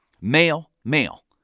Male-male